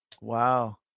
Wow